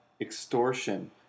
extortion